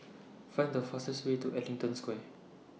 Find The fastest Way to Ellington Square